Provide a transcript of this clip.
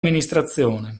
amministrazione